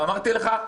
ואמרתי לך,